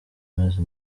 maze